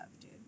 dude